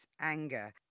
anger